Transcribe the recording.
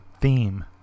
theme